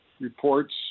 reports